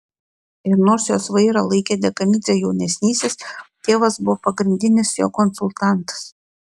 ir nors jos vairą laikė dekanidzė jaunesnysis tėvas buvo pagrindinis jo konsultantas